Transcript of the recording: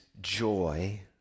joy